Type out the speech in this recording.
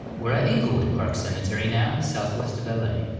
we're at inglewood park cemetery now, southwest of ah la.